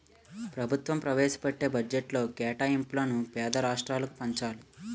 ప్రభుత్వం ప్రవేశపెట్టే బడ్జెట్లో కేటాయింపులను పేద రాష్ట్రాలకు పంచాలి